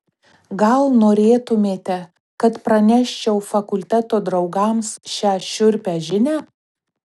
gal norėtumėte kad praneščiau fakulteto draugams šią šiurpią žinią